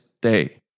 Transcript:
day